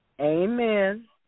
Amen